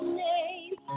name